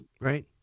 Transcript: Right